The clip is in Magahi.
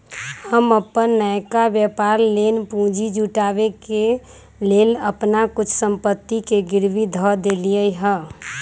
हम अप्पन नयका व्यापर लेल पूंजी जुटाबे के लेल अप्पन कुछ संपत्ति के गिरवी ध देलियइ ह